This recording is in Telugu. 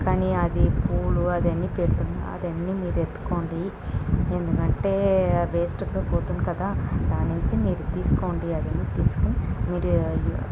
కానీ అది పూలు అదన్ని పెడతా అదన్ని మీరు ఎత్తుకోండి ఎందుకంటే వేస్టుగా పోతుంది కదా దాని నుంచి మీరు తీసుకోండి అదేమో తీసుకుని మీరు